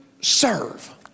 serve